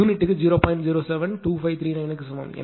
072539 க்கு சமம்